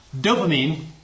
Dopamine